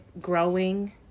growing